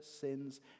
sins